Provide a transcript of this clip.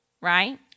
Right